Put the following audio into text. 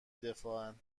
دفاعن